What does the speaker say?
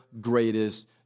greatest